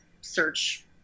search